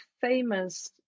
famous